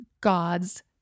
God's